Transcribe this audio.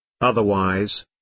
Otherwise